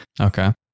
Okay